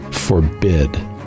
forbid